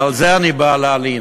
ועל זה אני בא להלין.